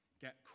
get